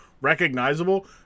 recognizable